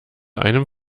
einem